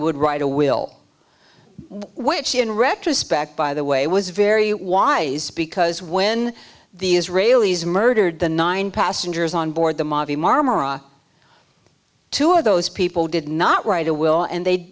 would write a will which in retrospect by the way was very wise because when the israelis murdered the nine passengers on board the mavi marmara two of those people did not write a will and they